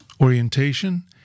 orientation